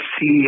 see